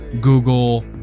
Google